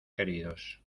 queridos